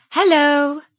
Hello